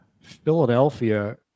Philadelphia